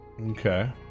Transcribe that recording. Okay